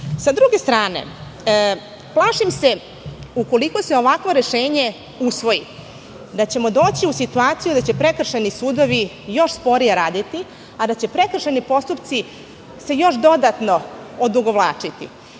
druge strane, plašim se, ukoliko se ovakvo rešenje usvoji, da ćemo doći u situaciju da će prekršajni sudovi još sporije raditi, a da će se prekršajni postupci još dodatno odugovlačiti.